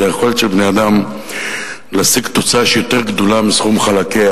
זו היכולת של בני-אדם להשיג תוצאה שהיא יותר גדולה מסכום חלקיה,